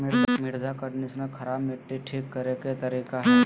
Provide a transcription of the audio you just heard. मृदा कंडीशनर खराब मट्टी ठीक करे के तरीका हइ